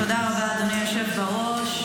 תודה רבה, אדוני היושב בראש.